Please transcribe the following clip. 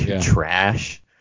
trash